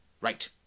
Right